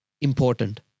important